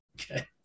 Okay